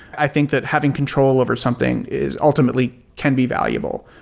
i think that having control over something is ultimately can be valuable,